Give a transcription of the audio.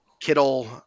Kittle